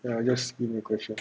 ya just read me a question